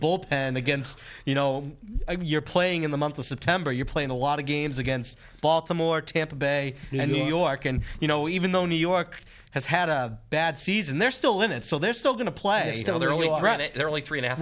bullpen against you know you're playing in the month of september you're playing a lot of games against baltimore tampa bay and new york and you know even though new york has had a bad season they're still in it so they're still going to play there and we all read it there are only three and a half